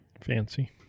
Fancy